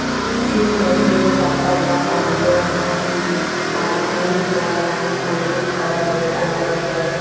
সীম জাতীয়, পাতা বা কান্ড হারি আর ফুল ফল হারি পশুর খাবার লক্ষ করা যায়